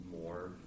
more